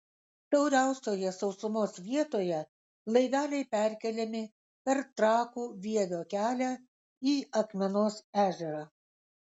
siauriausioje sausumos vietoje laiveliai perkeliami per trakų vievio kelią į akmenos ežerą